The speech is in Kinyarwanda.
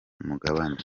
mugabane